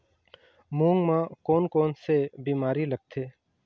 मूंग म कोन कोन से बीमारी लगथे?